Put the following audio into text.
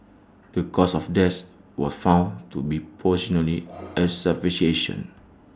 the cause of death was found to be asphyxiation